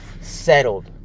settled